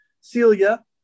Celia